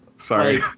Sorry